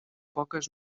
poques